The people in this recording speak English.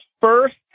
first